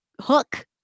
hook